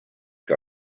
que